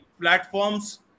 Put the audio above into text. platforms